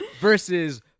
versus